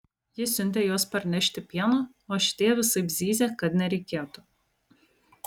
ji siuntė juos parnešti pieno o šitie visaip zyzė kad nereikėtų